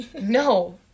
No